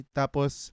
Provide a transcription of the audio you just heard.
tapos